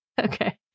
Okay